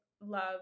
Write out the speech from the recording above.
love